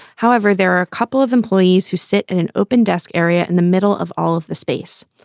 however, there are a couple of employees who sit in an open desk area in the middle of all of the space.